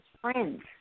friends